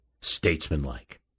statesmanlike